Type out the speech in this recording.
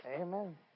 Amen